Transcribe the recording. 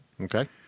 Okay